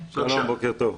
תודה.